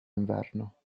inverno